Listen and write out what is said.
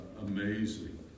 amazing